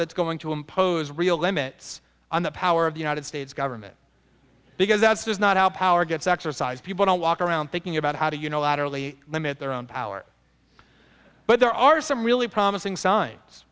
that's going to impose real limits on the power of the united states government because that is not how power gets exercised people don't walk around thinking about how to you know laterally limit their own power but there are some really promising s